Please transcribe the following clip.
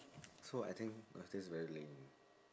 so I think uh that's very lame